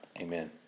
Amen